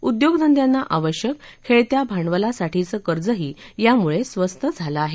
उद्योगघंना आवश्यक खेळत्या भांडवलासाठीचं कर्जही यामुळे स्वस्त झालं आहे